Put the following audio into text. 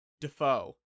Defoe